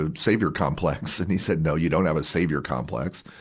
ah savior complex. and he said, no, you don't have a savior complex,